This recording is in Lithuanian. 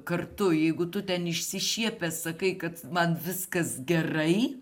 kartu jeigu tu ten išsišiepęs sakai kad man viskas gerai